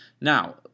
Now